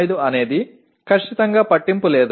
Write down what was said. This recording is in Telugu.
05 అనేది ఖచ్చితంగా పట్టింపు లేదు